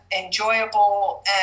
enjoyable